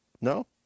no